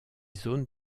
zones